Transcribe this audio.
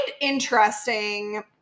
interesting